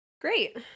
Great